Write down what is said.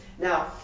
Now